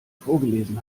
vorgelesen